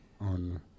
on